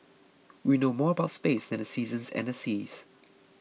we know more about space than the seasons and the seas